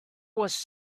was